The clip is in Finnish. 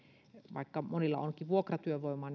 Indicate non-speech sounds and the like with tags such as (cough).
vaikka monilla onkin vuokratyövoimaa (unintelligible)